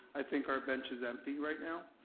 i think our bench is empty right now.